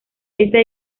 esta